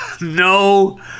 No